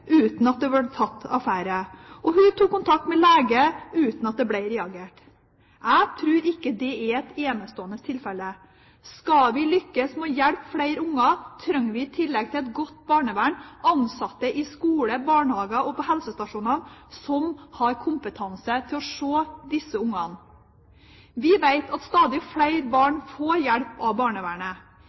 uten at det ble tatt affære, og hun tok kontakt med lege, uten at det ble reagert. Jeg tror ikke dette er et enestående tilfelle. Skal vi lykkes med å hjelpe flere barn, trenger vi i tillegg til et godt barnevern ansatte i skole, barnehage og på helsestasjonene som har kompetanse til å se disse barna. Vi vet at stadig flere barn får hjelp av barnevernet.